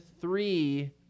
three